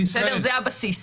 זה הבסיס.